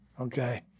okay